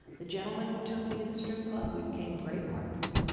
the gentleman who took me to the strip club? we became great partners.